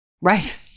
Right